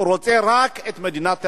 הוא רוצה רק את מדינת תל-אביב.